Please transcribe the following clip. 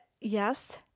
Yes